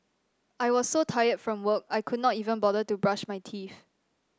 I was so tired from work I could not even bother to brush my teeth